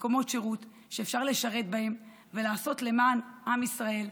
מקומות שירות שאפשר לשרת בהם ולעשות למען עם ישראל,